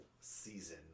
season